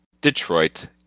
detroit